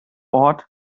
ort